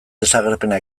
desagerpena